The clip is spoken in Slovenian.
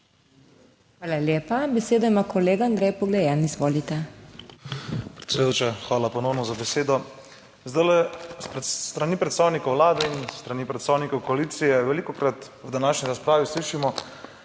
Hvala lepa. Besedo ima kolega Andrej Poglajen, izvolite.